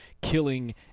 killing